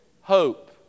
hope